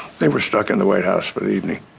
they were stuck in the white house for the evening.